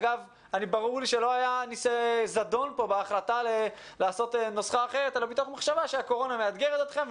ברור לי שלא היה זדון אלא התמודדות עם אתגר הקורונה.